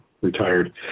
retired